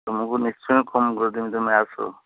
ତୁମକୁ ନିଶ୍ଚୟ କମ କରିଦେବି ତୁମେ ଆସ